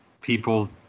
people